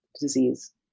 disease